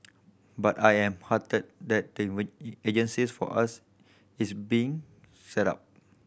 but I am heartened that agencies for us is being set up